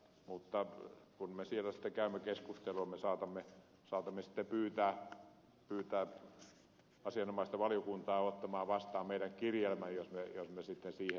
mutta kun me siellä sitten käymme keskustelua me saatamme sitten pyytää asianomaista valiokuntaa ottamaan vastaan meidän kirjelmämme jos me sitten siihen päädymme